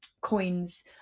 coins